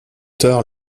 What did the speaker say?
tard